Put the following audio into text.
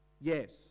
Yes